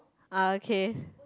ah okay